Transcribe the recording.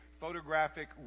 photographic